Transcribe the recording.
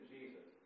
Jesus